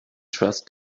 trust